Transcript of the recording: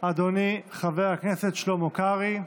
אדוני חבר הכנסת שלמה קרעי.